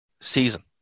season